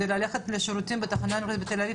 ללכת לשירותים בתחנה המרכזית בתל אביב,